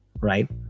right